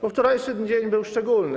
Bo wczorajszy dzień był szczególny.